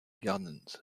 gardens